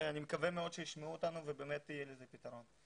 מקווה שמאוד שישמעו אותנו ובאמת יהיה לזה פתרון.